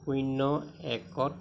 শূন্য একত